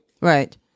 Right